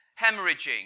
hemorrhaging